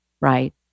right